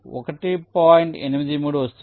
83 వస్తుంది